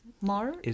more